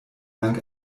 lang